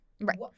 Right